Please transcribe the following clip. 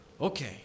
Okay